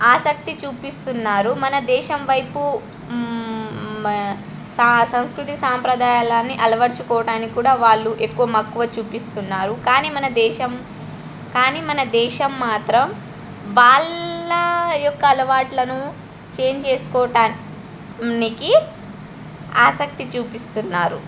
ఆసక్తి చూపిస్తున్నారు మన దేశం వైపు సా సంస్కృతి సాంప్రదాయాలన్ని అలవర్చుకోవటానికి కూడా వాళ్ళు ఎక్కువ మక్కువ చూపిస్తున్నారు కానీ మన దేశం కానీ మన దేశం మాత్రం వాళ్ళ యొక్క అలవాట్లను చేంజ్ చేసుకోటానికి ఆసక్తి చూపిస్తున్నారు